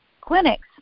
clinics